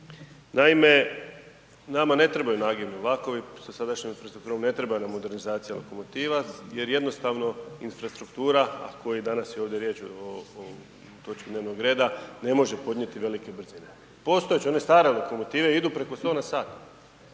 Naime, nama ne trebaju nagibni vlakovi sa sadašnjom infrastrukturom, ne treba nam modernizacija lokomotiva jer jednostavno infrastruktura, a o kojoj danas je ovdje riječ o točki dnevnog reda ne može podnijeti velike brzine. Postojeće, one stare lokomotive idu preko 100 na sat,